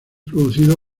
producido